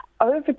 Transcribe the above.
Over